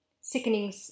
sickening